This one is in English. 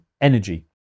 energy